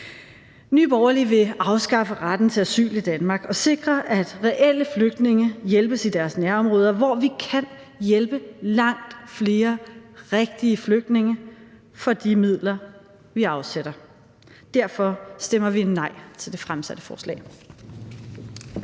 Nye Borgerlige vil afskaffe retten til asyl i Danmark og sikre, at reelle flygtninge hjælpes i deres nærområder, hvor vi kan hjælpe langt flere rigtige flygtninge for de midler, vi afsætter. Derfor stemmer vi nej til det fremsatte forslag.